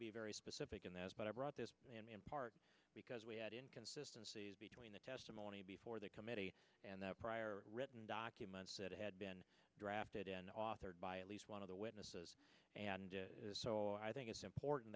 be very specific in this but i brought this in part because we had inconsistency between the testimony before the committee and the prior written documents that had been drafted and authored by at least one of the witnesses and so i think it's important